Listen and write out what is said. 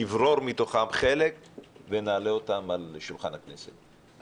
נברור מתוכם חלק ונעלה אותם על שולחן הכנסת,